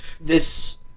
this-